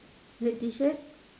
red T-shirt